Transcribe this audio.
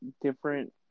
different